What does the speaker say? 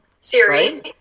Siri